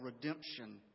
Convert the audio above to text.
redemption